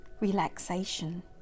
relaxation